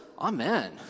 amen